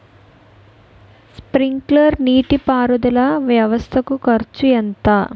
Sprinkler నీటిపారుదల వ్వవస్థ కు ఖర్చు ఎంత?